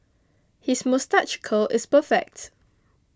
his moustache curl is perfect